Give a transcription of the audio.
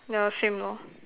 yeah same lor